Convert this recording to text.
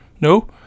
No